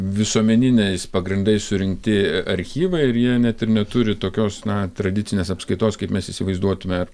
visuomeniniais pagrindais surinkti archyvai ir jie net ir neturi tokios na tradicinės apskaitos kaip mes įsivaizduotume